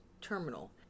terminal